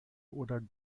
oder